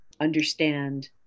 understand